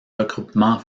regroupement